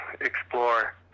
explore